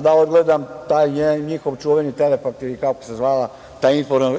da odgledam taj njihov čuveni „Telefakt“ ili kako se zvala ta